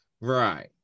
Right